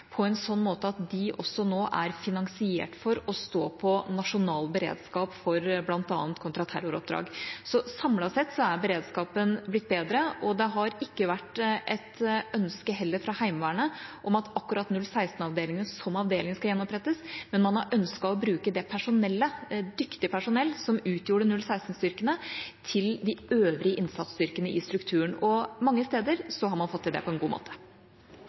på en sånn måte at de også nå er finansiert for å stå på nasjonal beredskap for bl.a. kontraterroroppdrag. Så samlet sett er beredskapen blitt bedre. Og det har ikke vært ønske heller fra Heimevernet om at akkurat 016-avdelingen som avdeling skal gjenopprettes, men man har ønsket å bruke det personellet – dyktig personell – som utgjorde 016-styrkene, til de øvrige innsatsstyrkene i strukturen. Mange steder har man fått til det på en god måte.